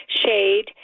shade